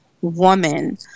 woman